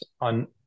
on